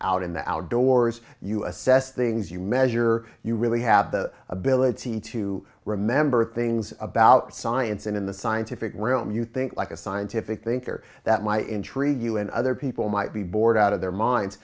out in the outdoors you assess things you measure you really have the ability to remember things about science and in the scientific realm you think like a scientific thinker that my entry you and other people might be bored out of their minds